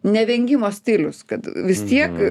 nevengimo stilius kad vis tiek